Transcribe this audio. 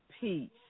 peace